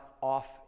off